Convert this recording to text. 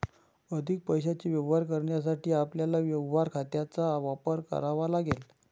अधिक पैशाचे व्यवहार करण्यासाठी आपल्याला व्यवहार खात्यांचा वापर करावा लागेल